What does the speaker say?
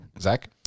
Zach